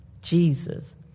Jesus